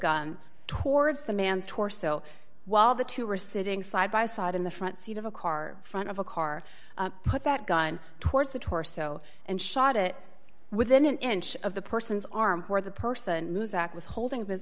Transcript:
gun towards the man's torso while the two were sitting side by side in the front seat of a car front of a car put that gun towards the torso and shot it within an inch of the person's arm where the person moves that was holding his